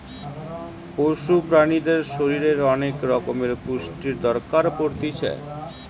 পশু প্রাণীদের শরীরের অনেক রকমের পুষ্টির দরকার পড়তিছে